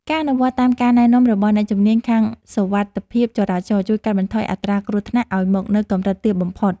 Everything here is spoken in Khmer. ការអនុវត្តតាមការណែនាំរបស់អ្នកជំនាញខាងសុវត្ថិភាពចរាចរណ៍ជួយកាត់បន្ថយអត្រាគ្រោះថ្នាក់ឱ្យមកនៅកម្រិតទាបបំផុត។